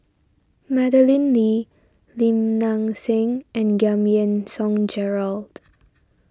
Madeleine Lee Lim Nang Seng and Giam Yean Song Gerald